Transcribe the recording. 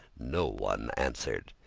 no one answered.